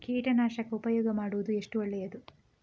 ಕೀಟನಾಶಕ ಉಪಯೋಗ ಮಾಡುವುದು ಎಷ್ಟು ಒಳ್ಳೆಯದು?